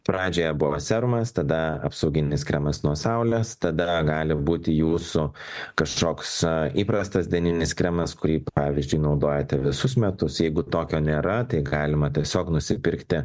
pradžioje buvo serumas tada apsauginis kremas nuo saulės tada gali būti jūsų kažkoks įprastas dieninis kremas kurį pavyzdžiui naudojate visus metus jeigu tokio nėra tai galima tiesiog nusipirkti